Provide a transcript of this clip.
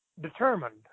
determined